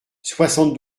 soixante